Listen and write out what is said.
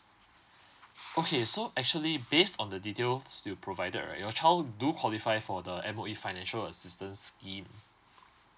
okay so actually based on the details you provided right your child do qualify for the M_O_E financial assistance scheme